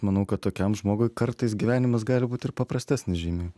manau kad tokiam žmogui kartais gyvenimas gali būt ir paprastesnis žymiai